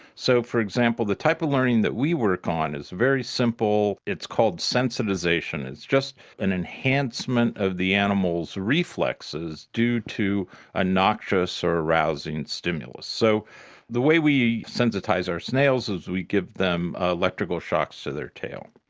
so, for example, the type of learning that we work on is very simple, it's called sensitisation, it's just an enhancement of the animal's reflexes due to a noxious or arousing stimulus. so the way we sensitise our snails is we give them electrical shocks to their tail,